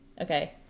okay